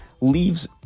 Leaves